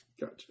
Gotcha